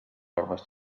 normes